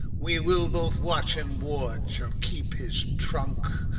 we will both watch and ward shall keep his trunk